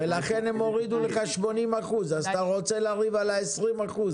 ולכן הם הורידו לך 80%. אז אתה רוצה לריב על ה-20%?